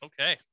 Okay